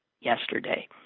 yesterday